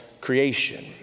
creation